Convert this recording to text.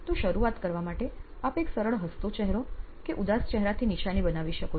તો શરૂઆત કરવા માટે આપ એક સરળ હસતો ચહેરો કે ઉદાસ ચહેરાથી નિશાની બનાવી શકો છો